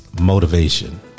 motivation